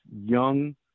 young